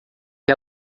que